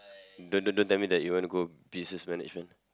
don't don't don't tell me that you wanna go business managment